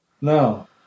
No